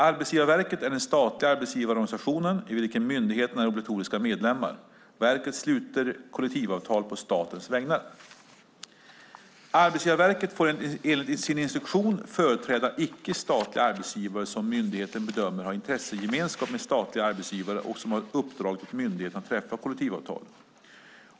Arbetsgivarverket är den statliga arbetsgivarorganisationen, i vilken myndigheterna är obligatoriska medlemmar. Verket sluter kollektivavtal på statens vägnar. Arbetsgivarverket får enligt sin instruktion företräda icke-statliga arbetsgivare som myndigheten bedömer har intressegemenskap med statliga arbetsgivare och som har uppdragit åt myndigheten att träffa kollektivavtal.